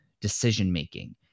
decision-making